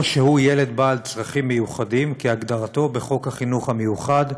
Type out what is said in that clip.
או שהוא ילד בעל צרכים מיוחדים כהגדרתו בחוק חינוך מיוחד,